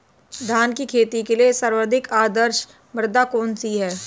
धान की खेती के लिए सर्वाधिक आदर्श मृदा कौन सी है?